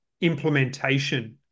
implementation